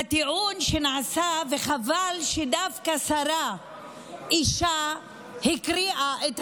הטיעון שניתן, וחבל שדווקא שרה אישה הקריאה את